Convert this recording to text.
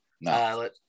No